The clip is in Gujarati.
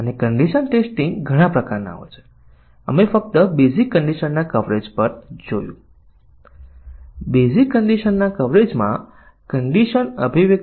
તેથી બ્લેક બોક્સ પરીક્ષણનો ઉપયોગ કરીને કોડમાં ટ્રોજન છે કે કેમ તે તપાસવું અશક્ય છે